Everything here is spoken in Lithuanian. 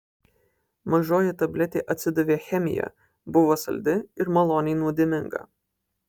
mažoji tabletė atsidavė chemija buvo saldi ir maloniai nuodėminga